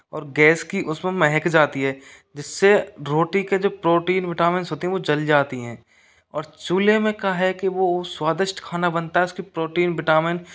और गैस की उसमें महक जाती है जिससे रोटी के जो प्रोटीन विटामिंस होते हैं वो जल जाते हैं और चूल्हे में का है कि वो स्वादिष्ट खाना बनता है उसके प्रोटीन विटामिन